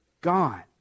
gone